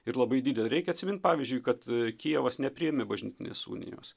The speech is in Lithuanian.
ir labai didelį reikia atsimint pavyzdžiui kad kijevas nepriėmė bažnytinės unijos